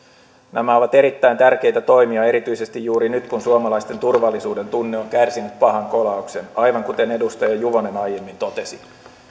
nämä ovat erittäin tärkeitä toimia erityisesti juuri nyt kun suomalaisten turvallisuudentunne on kärsinyt pahan kolauksen aivan kuten edustaja juvonen aiemmin totesi